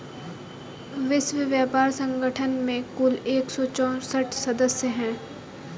विश्व व्यापार संगठन में कुल एक सौ चौसठ सदस्य हैं